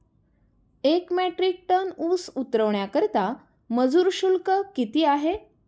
एक metric ton ऊस उतरवण्याकरता मजूर शुल्क किती आहे?